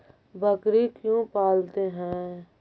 बकरी क्यों पालते है?